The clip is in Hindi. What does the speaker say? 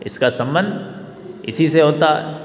इसका सम्बंध इसी से होता